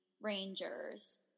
Rangers